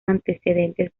antecedentes